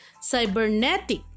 Cybernetic